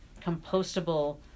compostable